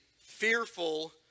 fearful